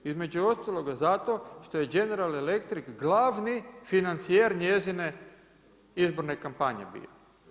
Između ostalog zato što je General Electric glavni financijer njezine izborne kampanje bio.